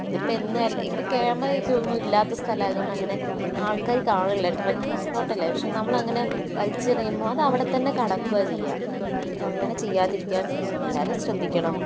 ഇത് ഇപ്പം എന്നും ഇപ്പം കയറുന്ന വഴിക്ക് ഒന്നും ഇല്ലാത്ത സ്ഥലം ആയത് കൊണ്ട് അങ്ങനെ ആൾക്കാര് കാണുന്നില്ല ട്രക്കിംഗ് സ്പോട്ട് അല്ലെ പക്ഷെ നമ്മള് അങ്ങനെ വലിച്ചെറിയുമ്പോൾ അത് അവിടെത്തന്നെ കിടക്കുകയാണ് ചെയ്യുക അങ്ങനെ ചെയ്യാതിരിക്കാൻ എല്ലാവരും ശ്രദ്ധിക്കണം